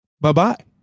bye-bye